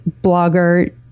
blogger